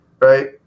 right